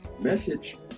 Message